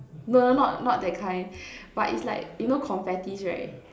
no no no not not that kind but it's like you know confetti right